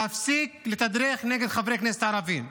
להפסיק לתדרך נגד חברי כנסת ערבים.